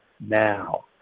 now